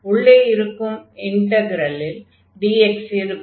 உள்ளே இருக்கும் இன்டக்ரலில் dx இருக்கும்